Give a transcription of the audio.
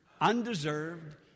undeserved